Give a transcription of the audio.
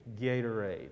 Gatorade